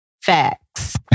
Facts